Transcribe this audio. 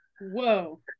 Whoa